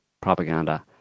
propaganda